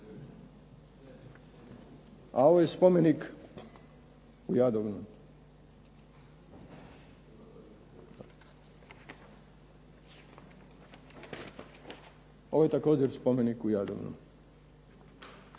A ovo je spomenik u Jadovnu. Ovo je također spomenik u Jadovnu.